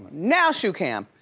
now shoe cam.